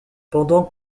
pendant